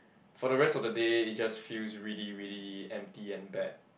for the rest of the day it just feels really really empty and bad